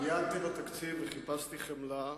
עיינתי בתקציב וחיפשתי חמלה,